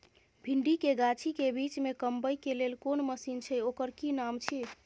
भिंडी के गाछी के बीच में कमबै के लेल कोन मसीन छै ओकर कि नाम छी?